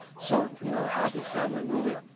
so, you know, a happy family movie.